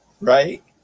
right